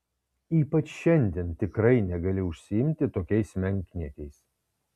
ypač šiandien tikrai negali užsiimti tokiais menkniekiais